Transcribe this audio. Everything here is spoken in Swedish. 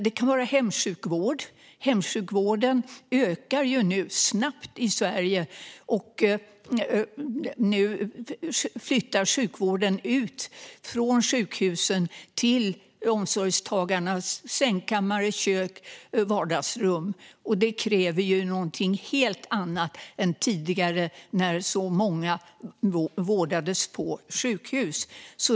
Det kan handla om hemsjukvård, som nu ökar snabbt i Sverige; sjukvården flyttar ut från sjukhusen till omsorgstagarnas sängkammare, kök och vardagsrum. Det kräver ju någonting helt annat än tidigare, då många vårdades på sjukhus.